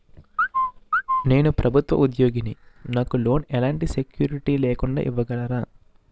నేను ప్రభుత్వ ఉద్యోగిని, నాకు లోన్ ఎలాంటి సెక్యూరిటీ లేకుండా ఇవ్వగలరా?